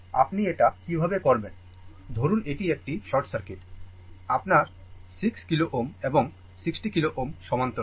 আপনি এটা কিভাবে করবেন ধরুন এটি একটি শর্ট সার্কিট তারপর 6 kilo Ω এবং 60 kilo Ω সমান্তরাল